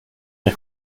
per